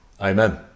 Amen